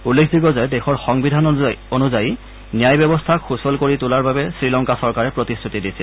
উল্লেখযোগ্য যে দেশৰ সংবিধান অনুযায়ী ন্যায় ব্যৱস্থাক সূচল কৰি তোলাৰ বাবে শ্ৰীলংকা চৰকাৰে প্ৰতিশ্ৰুতি দিছিল